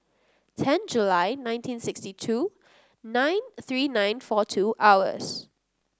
ten July nineteen sixty two nine three nine four two hours